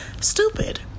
Stupid